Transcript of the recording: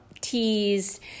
teased